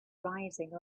rising